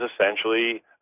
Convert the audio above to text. essentially